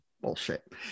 bullshit